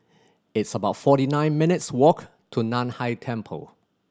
it's about forty nine minutes' walk to Nan Hai Temple